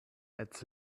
als